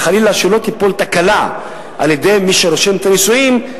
וחלילה שלא תיפול תקלה על-ידי מי שרושם את הנישואים,